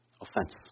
offense